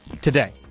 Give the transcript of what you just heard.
today